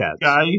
guy